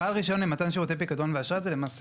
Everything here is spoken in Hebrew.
בעל רישיון למתן שירותי פיקדון ואשראי זה למעשה